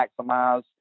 maximize